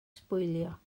sbwylio